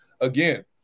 again